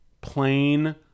plain